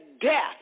death